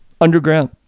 underground